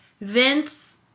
Vince